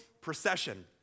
procession